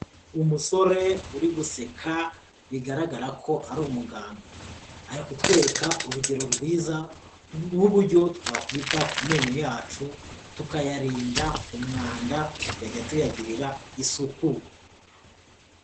Umusore uri guseka bigaragara ko ari umuganga, ari kutwereka urugero rwiza rw'uburyo twakwita ku menyo yacu, tukayarinda umwanda, tukajya tuyagirira isuku.